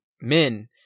men